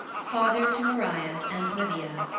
father to maria and livia.